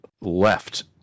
left